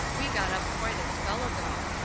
we got up quite a spell ago.